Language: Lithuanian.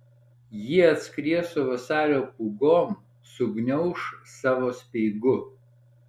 ji atskries su vasario pūgom sugniauš savo speigu